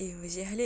eh masjid khalid